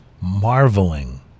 marveling